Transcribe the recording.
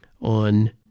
on